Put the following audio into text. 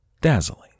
dazzling